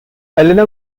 helena